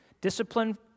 Discipline